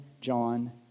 John